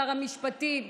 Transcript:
שר המשפטים,